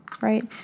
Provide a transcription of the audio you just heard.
right